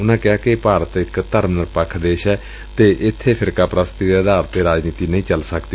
ਉਨਾਂ ਕਿਹਾ ਕਿ ਭਾਰਤ ਇਕ ਧਰਮ ਨਿਰਪੱਖ ਦੇਸ਼ ਏ ਅਤੇ ਇੱਥੇ ਫਿਰਕਾਪਸਤੀ ਤੇ ਆਧਾਰਿਤ ਰਾਜਨੀਤੀ ਨਹੀਂ ਚੱਲ ਸਕਦੀ